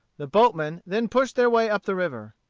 the boatmen then pushed their way up the river.